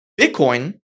Bitcoin